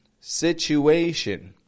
Situation